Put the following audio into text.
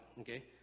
okay